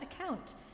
account